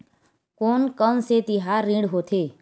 कोन कौन से तिहार ऋण होथे?